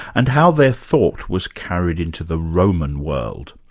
and how their thought was carried into the roman world.